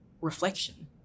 reflection